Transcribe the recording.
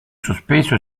sospeso